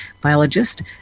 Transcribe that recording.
biologist